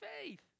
faith